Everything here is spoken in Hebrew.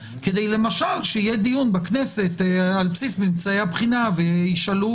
כדי למשל שיהיה דיון בכנסת על בסיס ממצאי הבחינה וישאלו